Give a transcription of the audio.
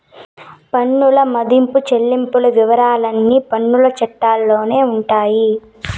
పన్నుల మదింపు చెల్లింపుల వివరాలన్నీ పన్నుల చట్టాల్లోనే ఉండాయి